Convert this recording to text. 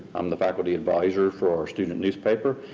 i'm the faculty advisor for our student newspaper.